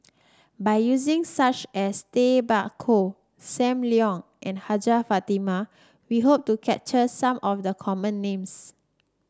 by using such as Tay Bak Koi Sam Leong and Hajjah Fatimah we hope to capture some of the common names